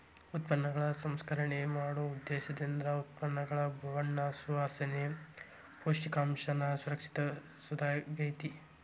ಉತ್ಪನ್ನಗಳ ಸಂಸ್ಕರಣೆ ಮಾಡೊ ಉದ್ದೇಶೇಂದ್ರ ಉತ್ಪನ್ನಗಳ ಬಣ್ಣ ಸುವಾಸನೆ, ಪೌಷ್ಟಿಕಾಂಶನ ಸಂರಕ್ಷಿಸೊದಾಗ್ಯಾತಿ